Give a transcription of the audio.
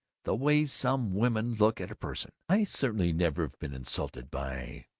the way some women look at a person. i certainly never ve been insulted by